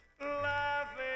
Laughing